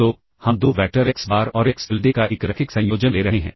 तो हम दो वैक्टर एक्स बार और एक्स टिल्डे का एक रैखिक संयोजन ले रहे हैं